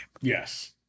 Yes